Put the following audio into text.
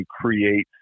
create